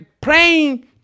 praying